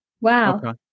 Wow